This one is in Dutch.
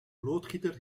loodgieter